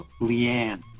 Leanne